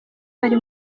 bari